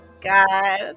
god